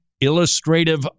illustrative